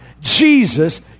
Jesus